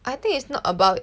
I think it's not about